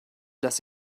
dass